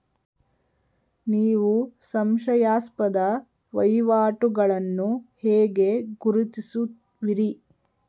ನೀವು ಸಂಶಯಾಸ್ಪದ ವಹಿವಾಟುಗಳನ್ನು ಹೇಗೆ ಗುರುತಿಸುವಿರಿ?